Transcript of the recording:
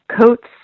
coats